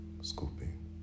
scooping